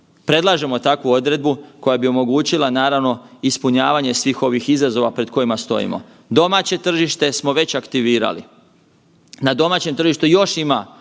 predlažemo takvu odredbu koja bi omogućila naravno ispunjavanje svih ovih izazova pred kojima stojimo. Domaće tržište smo već aktivirali. Na domaćem tržištu još ima